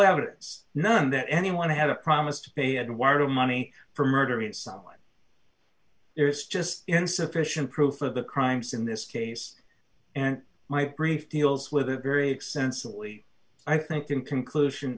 evidence none that anyone had a promise to pay eduardo money for murdering someone is just insufficient proof of the crimes in this case and my brief deals with it very extensively i think in conclusion